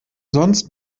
sonst